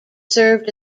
served